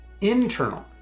internal